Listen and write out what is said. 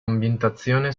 ambientazione